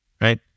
right